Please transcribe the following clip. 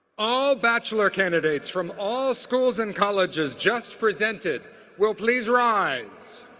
all bachelor candidates from all schools and colleges just presented will please rise.